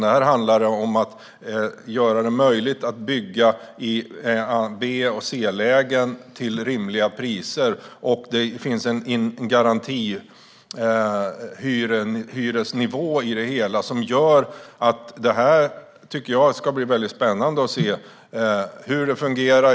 Det handlar om att göra det möjligt att bygga till rimliga priser på B och C-lägen. Det finns också en garantihyresnivå. Det ska bli spännande att se hur det kommer att fungera.